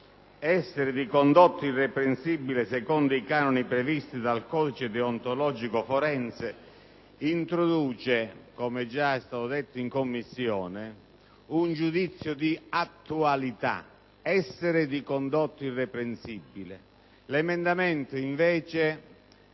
comunque di condotta irreprensibile secondo i canoni previsti dal codice deontologico forense» introduce, come già è stato detto in Commissione, un giudizio di attualità: essere di condotta irreprensibile. L'emendamento invece